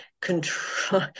control